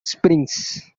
springs